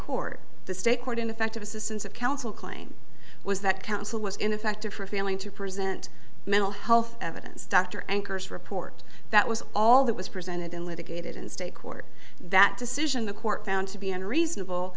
court the state court ineffective assistance of counsel claim was that counsel was ineffective for failing to present mental health evidence dr anchor's report that was all that was presented and litigated in state court that decision the court found to be unreasonable